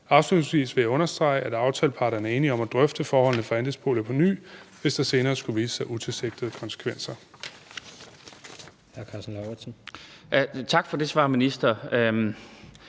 Afslutningsvis vil jeg understrege, at aftaleparterne er enige om at drøfte forholdene for andelsboliger på ny, hvis der senere skulle vise sig utilsigtede konsekvenser.